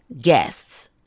guests